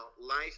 life